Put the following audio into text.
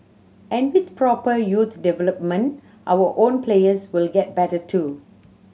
and with proper youth development our own players will get better too